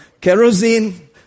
kerosene